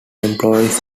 employs